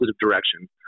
direction